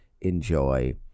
enjoy